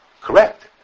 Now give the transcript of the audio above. Correct